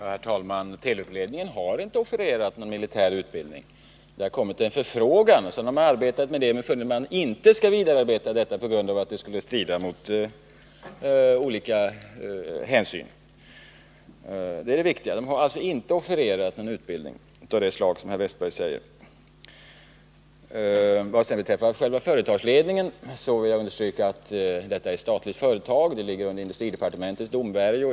Herr talman! Telubledningen har inte offererat någon militär utbildning. Det har kommit en förfrågan, men sedan den behandlats har man funnit att man inte skall arbeta vidare med detta på grund av att det skulle strida mot olika hänsyn som bör beaktas. Det är så det ligger till. Telubledningen har alltså inte offererat någon utbildning av det slag som herr Wästberg talar om. Vad sedan beträffar frågan om själva företagsledningen vill jag understryka att Telub är ett statligt företag och att det ligger under industridepartementets domvärjo.